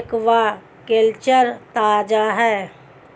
aquaculture ताजा है